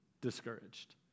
discouraged